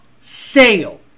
Sale